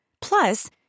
Plus